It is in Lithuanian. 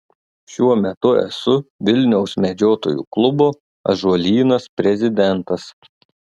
šiuo metu esu vilniaus medžiotojų klubo ąžuolynas prezidentas